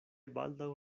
baldaŭ